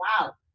wow